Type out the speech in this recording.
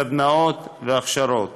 סדנאות והכשרות.